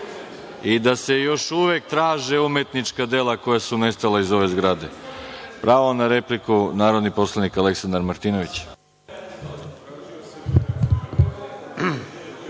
da se još uvek traže umetnička dela koja su nestala iz ove zgrade. Pravo na repliku narodni poslanik Aleksandar Martinović.